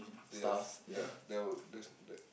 yes ya that would that's that